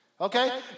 Okay